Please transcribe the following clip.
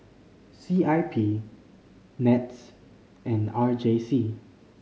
C I P NETS and R J C